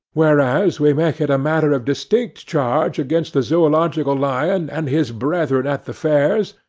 whereas we make it matter of distinct charge against the zoological lion and his brethren at the fairs,